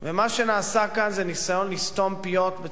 מה שנעשה כאן הוא ניסיון לסתום פיות בצורה